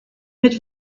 mit